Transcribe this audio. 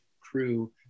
crew